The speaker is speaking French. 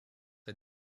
est